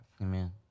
Amen